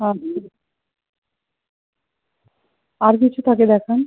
আচ্ছা আর কিছু থাকলে দেখান